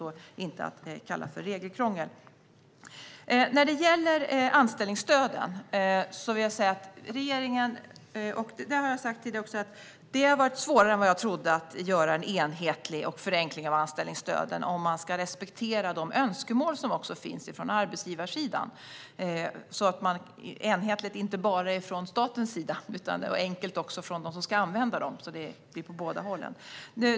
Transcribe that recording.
Det kan inte kallas regelkrångel. När det gäller anställningsstöden har jag sagt tidigare att det har visat sig svårare än jag trodde att göra dem enhetliga och förenklade om man ska respektera de önskemål som finns från arbetsgivarsidan så att det blir enhetligt och enkelt åt båda håll, alltså inte bara från statens sida utan också för dem som ska använda anställningsstöden.